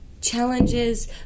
challenges